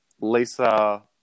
Lisa